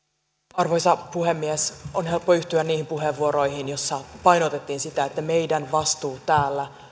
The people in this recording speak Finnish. arvoisa puhemies on helppo yhtyä niihin puheenvuoroihin joissa painotettiin sitä että meidän vastuumme täällä